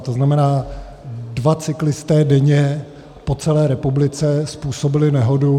To znamená, dva cyklisté denně po celé republice způsobili nehodu.